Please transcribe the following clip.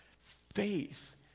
faith